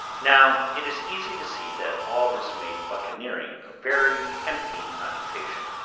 now it is easy to see that all this made buccaneering a very tempting occupation.